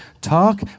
talk